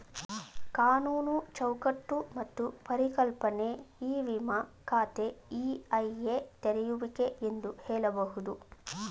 ಕಾನೂನು ಚೌಕಟ್ಟು ಮತ್ತು ಪರಿಕಲ್ಪನೆ ಇ ವಿಮ ಖಾತೆ ಇ.ಐ.ಎ ತೆರೆಯುವಿಕೆ ಎಂದು ಹೇಳಬಹುದು